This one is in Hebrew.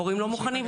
הורים לא מוכנים.